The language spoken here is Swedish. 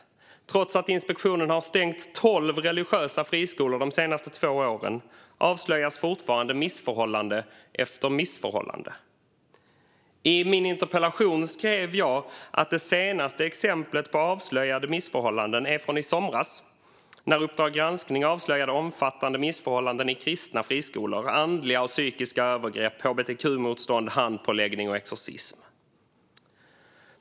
Trots att Skolinspektionen har stängt tolv religiösa friskolor de senaste två åren avslöjas fortfarande missförhållande efter missförhållande. I min interpellation skrev jag att det senaste exemplet på avslöjade missförhållanden är från i somras, när Uppdrag granskning avslöjade omfattande missförhållanden i kristna friskolor, såsom andliga och fysiska övergrepp, hbtq-motstånd, handpåläggning och exorcism.